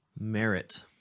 merit